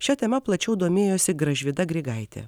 šia tema plačiau domėjosi gražvyda grigaitė